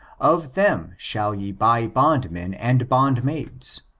of them shall ye buy bondmen and bondmaids.